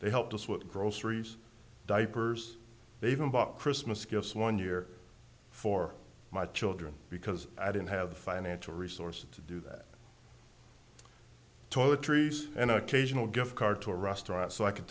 they helped us with groceries diapers they even bought christmas gifts one year for my children because i didn't have the financial resources to do that toiletries and occasional gift card to a restaurant so i c